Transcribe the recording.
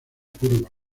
curva